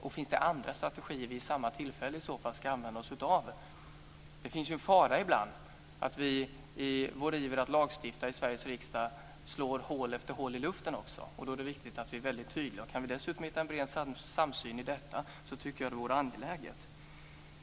Och finns det andra strategier som vi i så fall vid samma tillfälle ska använda oss av? Det finns ju ibland en fara i att vi i vår iver att lagstifta i Sveriges riksdag slår hål efter hål i luften också. Då är det viktigt att vi är väldigt tydliga. Om vi dessutom kan hitta en bred samsyn i detta, så tycker jag att det vore angeläget.